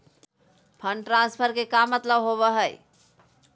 Fund transfer के का मतलब होव हई?